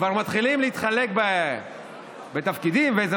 כבר מתחילים להתחלק בתפקידים ואיזה